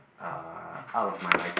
uh out of my liking